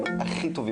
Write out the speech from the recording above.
השערורייתי הזה,